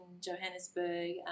Johannesburg